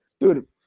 dude